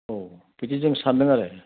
औ बिदि जों सान्दों आरो